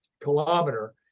kilometer